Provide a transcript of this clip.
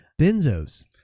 benzos